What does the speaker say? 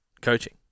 coaching